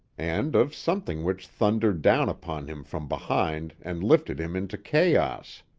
and of something which thundered down upon him from behind and lifted him into chaos.